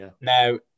Now